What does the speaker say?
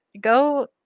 go